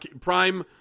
prime